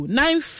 nine